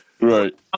Right